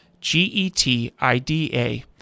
G-E-T-I-D-A